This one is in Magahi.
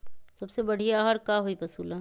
सबसे बढ़िया आहार का होई पशु ला?